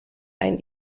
ein